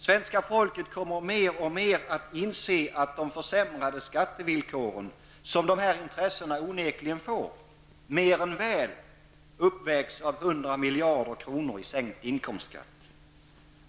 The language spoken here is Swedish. Svenska folket kommer mer och mer att inse att de försämrade skattevillkoren, som dessa intressen onekligen får, mer än väl uppvägs av 100 miljarder kronor i sänkt inkomstskatt.